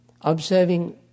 observing